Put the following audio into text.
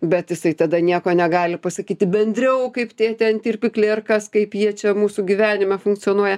bet jisai tada nieko negali pasakyti bendriau kaip tie ten tirpikliai ar kas kaip jie čia mūsų gyvenime funkcionuoja